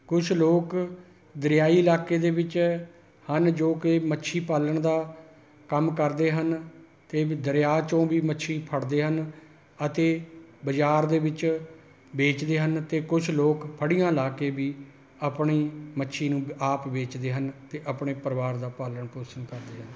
ਕੁਛ ਲੋਕ ਦਰਿਆਈ ਇਲਾਕੇ ਦੇ ਵਿੱਚ ਹਨ ਜੋ ਕਿ ਮੱਛੀ ਪਾਲਣ ਦਾ ਕੰਮ ਕਰਦੇ ਹਨ ਅਤੇ ਦਰਿਆ 'ਚੋਂ ਵੀ ਮੱਛੀ ਫੜਦੇ ਹਨ ਅਤੇ ਬਾਜ਼ਾਰ ਦੇ ਵਿੱਚ ਵੇਚਦੇ ਹਨ ਅਤੇ ਕੁਛ ਲੋਕ ਫੜੀਆਂ ਲਗਾ ਕੇ ਵੀ ਆਪਣੀ ਮੱਛੀ ਨੂੰ ਆਪ ਵੇਚਦੇ ਹਨ ਅਤੇ ਆਪਣੇ ਪਰਿਵਾਰ ਦਾ ਪਾਲਣ ਪੋਸ਼ਣ ਕਰਦੇ ਹਨ